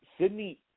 Sydney